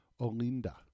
Olinda